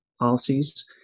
policies